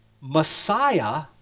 Messiah